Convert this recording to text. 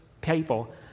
people